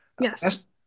Yes